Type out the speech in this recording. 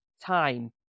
time